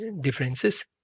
differences